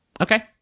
Okay